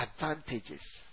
Advantages